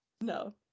No